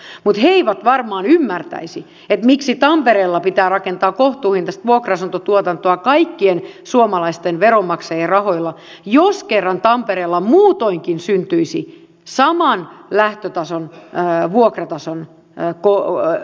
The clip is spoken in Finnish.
mutta he eivät varmaan ymmärtäisi miksi tampereella pitää rakentaa kohtuuhintaista vuokra asuntotuotantoa kaikkien suomalaisten veronmaksajien rahoilla jos kerran tampereella muutoinkin syntyisi saman lähtötason vuokratason asuntotuotantoa